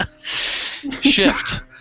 shift